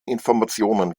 informationen